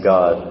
God